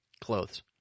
clothes